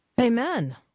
Amen